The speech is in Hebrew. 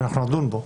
ואנחנו נדון בו.